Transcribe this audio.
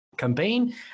campaign